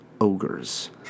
Ogres